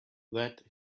that